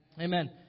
Amen